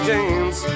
James